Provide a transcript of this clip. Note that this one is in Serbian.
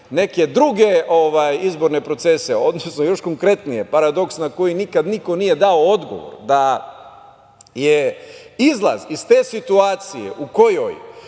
neke druge izborne procese, odnosno, još konkretnije, paradoks na koji nikada niko nije dao odgovor, da je izlaz iz te situacije u kojoj